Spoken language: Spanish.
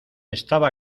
estaba